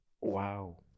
wow